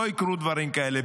לא יקרו דברים כאלה.